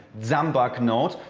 zambach note.